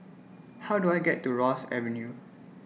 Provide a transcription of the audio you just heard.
How Do I get to Ross Avenue